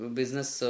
business